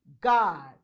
God